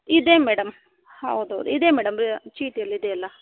ಇದೆ ಮೇಡಂ ಹೌದು ಹೌದು ಇದೇ ಮೇಡಂ ಬ ಚೀಟಿಯಲ್ಲಿ ಇದೆಯಲ್ಲ